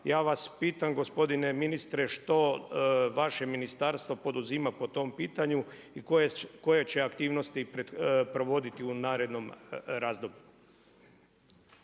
ja vas pitam gospodine ministre, što vaše ministarstvo poduzima po tom pitanju i koje će aktivnosti provoditi u narednom razdoblju?